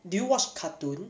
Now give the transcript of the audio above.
do you watch cartoon